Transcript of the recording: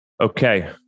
Okay